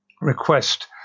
request